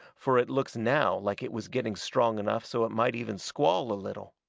fur it looks now like it was getting strong enough so it might even squall a little.